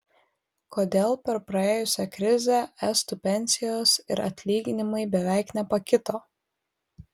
kodėl per praėjusią krizę estų pensijos ir atlyginimai beveik nepakito